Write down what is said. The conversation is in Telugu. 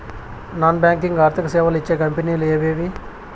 నాన్ బ్యాంకింగ్ ఆర్థిక సేవలు ఇచ్చే కంపెని లు ఎవేవి?